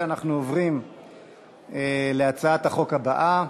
אנחנו עוברים להצעת החוק הבאה: